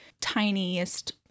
tiniest